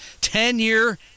Ten-year